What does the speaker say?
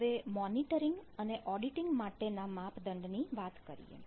તો હવે મોનીટરીંગ અને ઓડીટીંગ માટેના માપદંડની વાત કરીએ